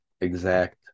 exact